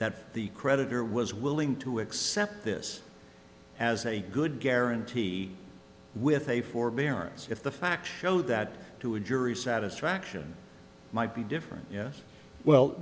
that the creditor was willing to accept this as a good guarantee with a forbearance if the fact that to a jury satisfaction might be different yeah well